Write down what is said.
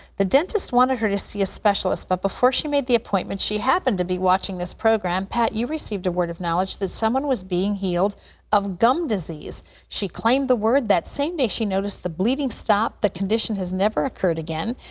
the dentist wanted her to see a specialist. but before she made the appointment, she happened to be watching this program. pat, you received a word of knowledge that someone was being healed of gum disease. she claimed the word. that same day she noticed the bleeding stopped. the condition has never occurred again,